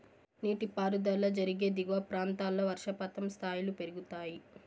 నీటిపారుదల జరిగే దిగువ ప్రాంతాల్లో వర్షపాతం స్థాయిలు పెరుగుతాయి